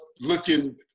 looking